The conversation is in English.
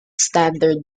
standard